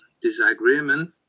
disagreement